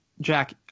Jack